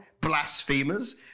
blasphemers